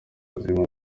buzima